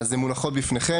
הן מונחות בפניכם.